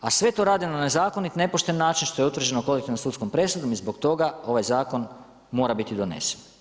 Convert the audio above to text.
A sve to rade na nezakonit, nepošten način što je utvrđeno kolektivnom sudskom presudom i zbog toga ovaj zakon mora biti donesen.